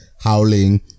Howling